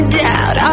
doubt